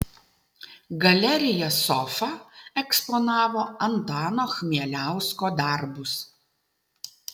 galerija sofa eksponavo antano chmieliausko darbus